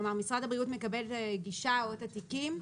כלומר, משרד הבריאות מקבל גישה או את התיקים.